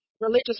religious